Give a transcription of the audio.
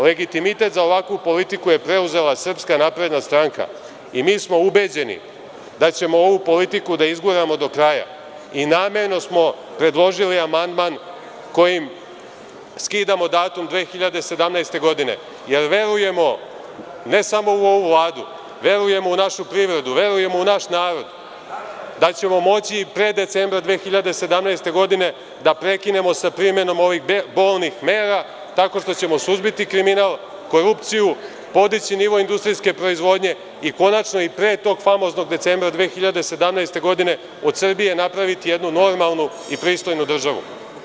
Legitimitet za ovakvu politiku je preuzela SNS i mi smo ubeđeni da ćemo ovu politiku da izguramo do kraja i namerno smo predložili amandman kojim skidamo datum 2017. godine jer verujemo ne samo u ovu Vladu, verujemo u našu privredu, verujemo u naš narod, da ćemo moći i pre decembra 2017. godine da prekinemo sa primenom ovih bolnih mera tako što ćemo suzbiti kriminal, korupciju, podići nivo industrijske proizvodnje i konačno i pre tog famoznog decembra 2017. godine od Srbije napraviti jednu normalnu i pristojnu državu.